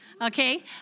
okay